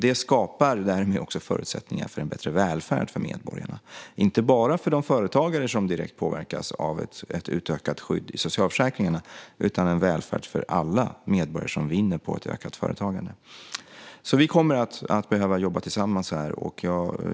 Det skapar därmed också förutsättningar för en bättre välfärd för medborgarna - inte bara för de företagare som påverkas av ett utökat skydd i socialförsäkringen utan en välfärd för alla medborgare som vinner på ett ökat företagande. Vi kommer alltså att behöva jobba tillsammans här.